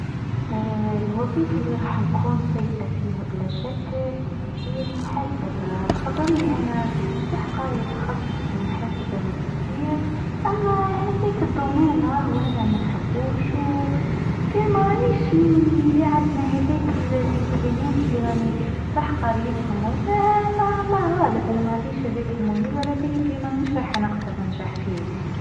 الوظيفه إللي راح نكون سيئه فيها بلا شك هيا المحاسبه خبرني انا صح قريه تخصص المحاسبه والتسيير اما هذاك الدومان راهو انا منحبوش وفمرنيش اللي عندنا هذاك الامكانيات اللي راني صح قريتهم ولا الله غالب انا ما عنديش هذاك الميول وعلي بالي مش راح نقدر فيه.